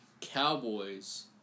Cowboys